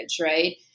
right